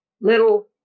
little